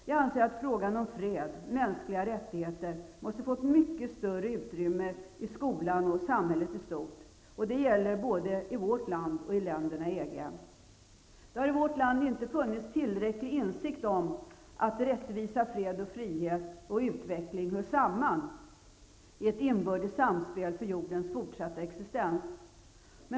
Jag anser att frågan om fred och mänskliga rättigheter måste få ett mycket större utrymme i skolan och i samhället i stort. Det gäller både för vårt land och för länderna i EG. Det har i vårt land inte funnits tillräcklig insikt om att rättvisa, fred, frihet och utveckling hör samman i ett inbördes samspel för jordens fortsatta existens.